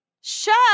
Shut